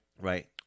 Right